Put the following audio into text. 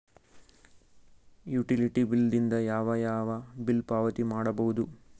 Utility bill ದಿಂದ ಯಾವ ಯಾವ ಬಿಲ್ ಪಾವತಿ ಮಾಡಬಹುದು?